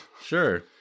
Sure